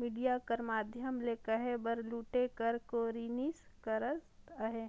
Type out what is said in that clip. media कर माध्यम ले कहे बर लूटे कर कोरनिस करत अहें